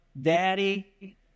Daddy